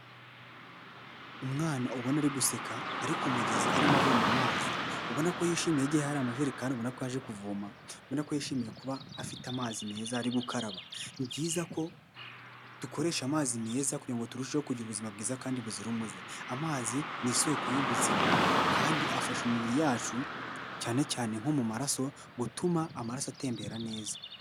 Umwana ubona ari guseka ari ku mugezi arimo avoma amazi ubona ko yishimye igihe hari amajerekani ubona ko aje kuvoma ,ubona ko yishimiye kuba afite amazi meza ari gukaraba . Ni byiza ko dukoresha amazi meza kugira ngo turusheho kugira ubuzima bwiza kandi buzira umuze , amazi ni isoko y'ubuzima kandi afasha umubiri yacu cyane cyane nko mu maraso gutuma amaraso atembera neza.